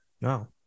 No